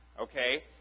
Okay